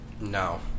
No